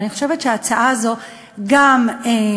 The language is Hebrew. אבל אני חושבת שההצעה הזאת גם מאפשרת